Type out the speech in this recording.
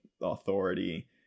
authority